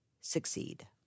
succeed